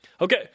Okay